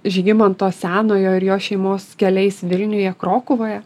žygimanto senojo ir jo šeimos keliais vilniuje krokuvoje